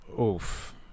oof